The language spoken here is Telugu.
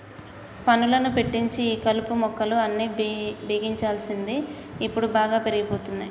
పనులను పెట్టించి ఈ కలుపు మొక్కలు అన్ని బిగించాల్సింది ఇప్పుడు బాగా పెరిగిపోతున్నాయి